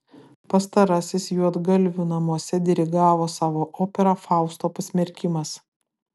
pastarasis juodgalvių namuose dirigavo savo operą fausto pasmerkimas